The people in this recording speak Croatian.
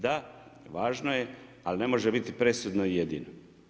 Da, važno je, ali ne može biti presudna i jedina.